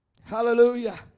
Hallelujah